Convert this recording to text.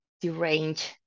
deranged